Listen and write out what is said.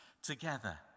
together